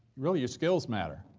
really, your skills matter,